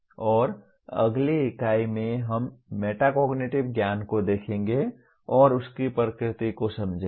और अगली इकाई में हम मेटाकॉग्निटिव ज्ञान को देखेंगे और उसकी प्रकृति को समझेंगे